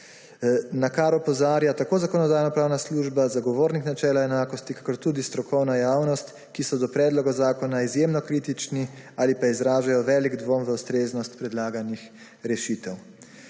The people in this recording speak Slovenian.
na kar opozarja tako Zakonodajno-pravna služba, Zagovornik načela enakosti kot tudi strokovna javnost, ki so do predloga zakona izjemno kritični ali pa izražajo velik dvom v ustreznost predlaganih rešitev.